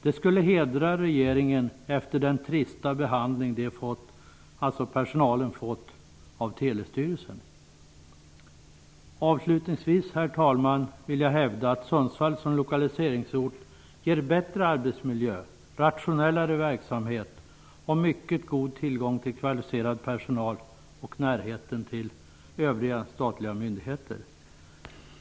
Det skulle hedra regeringen efter den trista behandling personalen fått av Telestyrelsen. Avslutningsvis, herr talman, vill jag hävda att Sundsvall som lokaliseringsort ger bättre arbetsmiljö, rationellare verksamhet, mycket god tillgång till kvalificerad personal och närhet till övriga statliga myndigheter.